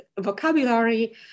vocabulary